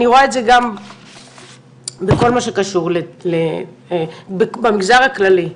אני רואה את זה גם בכל מה שקשור במגזר הכללי,